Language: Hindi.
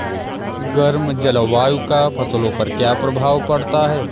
गर्म जलवायु का फसलों पर क्या प्रभाव पड़ता है?